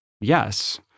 Yes